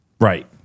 Right